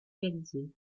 réalisés